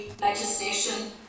legislation